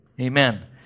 Amen